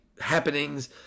happenings